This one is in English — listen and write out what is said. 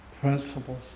principles